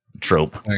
Trope